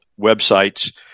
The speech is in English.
websites